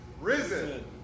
risen